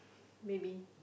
maybe